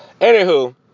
Anywho